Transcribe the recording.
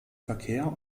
verkehr